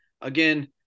Again